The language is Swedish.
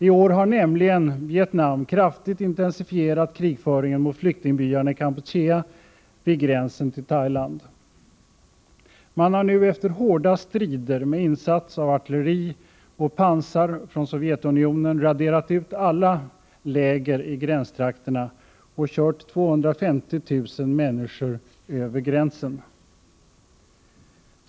I år har nämligen Vietnam kraftigt intensifierat krigföringen mot flyktingbyarna i Kampuchea vid gränsen till Thailand. Man har nu efter hårda strider med insats av artilleri och pansar från Sovjetunionen raderat ut alla läger i gränstrakterna och kört 250 000 människor över gränsen.